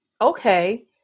okay